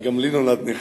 גם לי נולד נכד,